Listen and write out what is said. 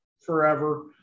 forever